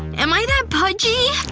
am i that pudgy?